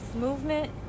movement